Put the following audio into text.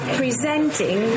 presenting